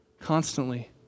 constantly